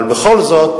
אבל בכל זאת